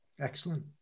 Excellent